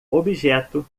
objeto